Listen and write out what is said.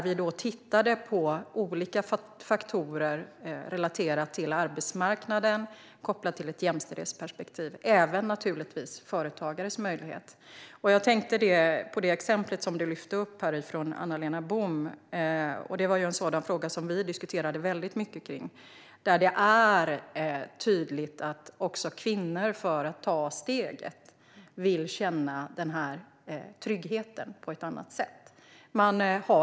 Vi tittade då på olika faktorer relaterade till arbetsmarknaden och kopplade till ett jämställdhetsperspektiv. Vi tittade naturligtvis även på företagares möjligheter. Jag tänkte på exemplet du lyfte upp här från intervjun med Anna-Lena Bohm. Det var en sådan fråga som vi diskuterade väldigt mycket. Det är tydligt att kvinnor för att ta steget vill känna tryggheten på ett annat sätt.